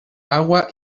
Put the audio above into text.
agua